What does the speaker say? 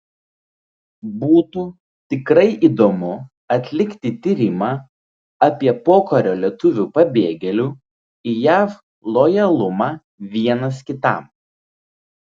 būtų tikrai įdomu atlikti tyrimą apie pokario lietuvių pabėgėlių į jav lojalumą vienas kitam